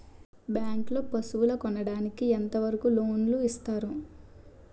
Bank లో పశువుల కొనడానికి ఎంత వరకు లోన్ లు ఇస్తారు?